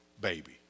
baby